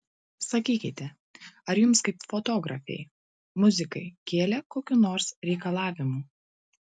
sakykite ar jums kaip fotografei muzikai kėlė kokių nors reikalavimų